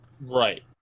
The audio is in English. Right